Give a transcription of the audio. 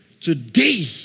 Today